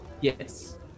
Yes